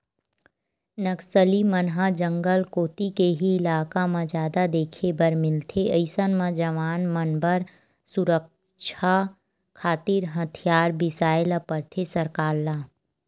नक्सली मन ह जंगल कोती के ही इलाका म जादा देखे बर मिलथे अइसन म जवान मन बर सुरक्छा खातिर हथियार बिसाय ल परथे सरकार ल